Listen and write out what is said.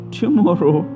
tomorrow